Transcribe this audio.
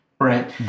right